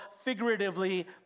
figuratively